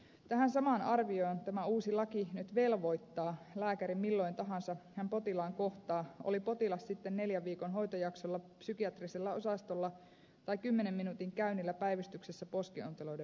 tähän samaan arvioon tämä uusi laki nyt velvoittaa lääkärin milloin tahansa hän potilaan kohtaa oli potilas sitten neljän viikon hoitojaksolla psykiatrisella osastolla tai kymmenen minuutin käynnillä päivystyksessä poskionteloiden vuoksi